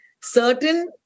certain